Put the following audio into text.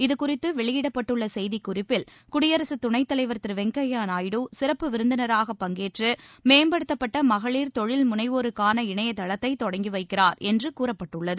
இது குறித்து வெளியிடப்பட்டுள்ள செய்தி குறிப்பில் குடியரசுத் துணைத் தலைவர் திரு வெங்கையா நாயுடு சிறப்பு விருந்தினராக பங்கேற்று மேம்படுத்தப்பட்ட மகளிர் தொழில் முனைவோருக்கான இணையதளத்தை தொடங்கி வைக்கிறார் என்று கூறப்பட்டுள்ளது